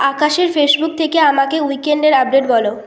আকাশের ফেসবুক থেকে আমাকে উইকএন্ডের আপডেট বলো